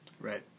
Right